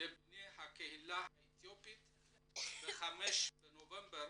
לבני הקהילה האתיופית ב-5 בנובמבר